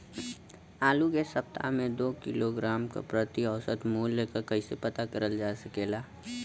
आलू के सप्ताह में दो किलोग्राम क प्रति औसत मूल्य क कैसे पता करल जा सकेला?